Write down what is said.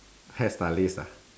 hairstylist ah